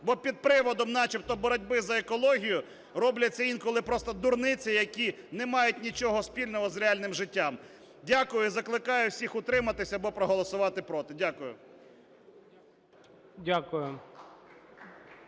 Бо під приводом начебто боротьби за екологію робляться інколи просто дурниці, які не мають нічого спільного з реальним життям. Дякую. І закликаю всіх утриматися або проголосувати - проти. Дякую.